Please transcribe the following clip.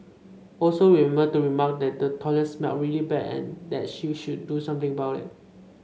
also remember to remark that the toilet smelled really bad and that she should do something about it